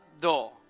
door